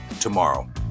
tomorrow